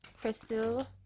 crystal